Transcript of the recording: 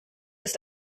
ist